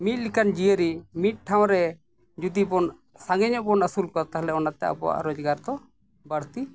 ᱢᱤᱫ ᱞᱮᱠᱟᱱ ᱡᱤᱭᱟᱹᱞᱤ ᱢᱤᱫ ᱴᱷᱟᱶ ᱨᱮ ᱡᱩᱫᱤ ᱵᱚᱱ ᱥᱟᱸᱜᱮ ᱧᱚᱜ ᱵᱚᱱ ᱟᱹᱥᱩᱞ ᱠᱚᱣᱟ ᱛᱟᱦᱞᱮ ᱚᱱᱟᱛᱮ ᱟᱵᱚᱣᱟᱜ ᱨᱳᱡᱽᱜᱟᱨ ᱫᱚ ᱵᱟᱹᱲᱛᱤ